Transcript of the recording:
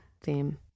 theme